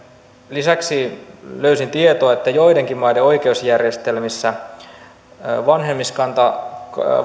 lisäksi löysin tietoa että joidenkin maiden oikeusjärjestelmissä vanhenemisaikaa